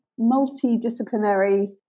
multidisciplinary